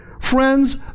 Friends